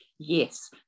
yes